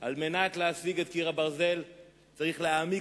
על מנת להשיג את קיר הברזל יש להעמיק